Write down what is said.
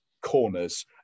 corners